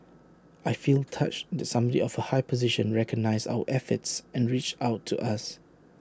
I feel touched that someday of A high position recognised our efforts and reached out to us